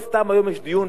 לא סתם יש היום,